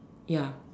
ya